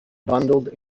bundled